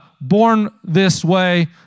born-this-way